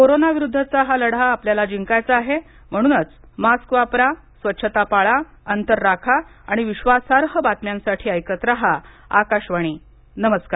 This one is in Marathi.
कोरोना विरुद्धचा हा लढा आपल्याला जिंकायचा आहे म्हणनच मास्क वापरा स्वच्छता पाळा अंतर राखा आणि विश्वासार्ह बातम्यांसाठी ऐकत रहा आकाशवाणी नमस्कार